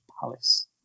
Palace